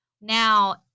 Now